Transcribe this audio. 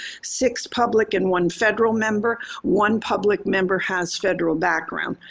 six public and one federal member, one public member has federal background,